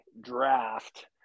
draft